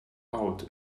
out